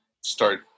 Start